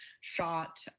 shot